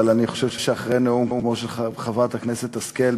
אבל אני חושב שאחרי נאום כמו של חברת הכנסת השכל,